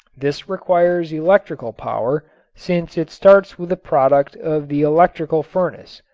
this requires electrical power since it starts with a product of the electrical furnace,